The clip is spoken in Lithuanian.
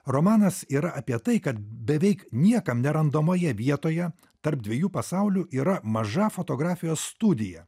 romanas yra apie tai kad beveik niekam nerandamoje vietoje tarp dviejų pasaulių yra maža fotografijos studija